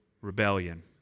rebellion